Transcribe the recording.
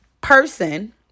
person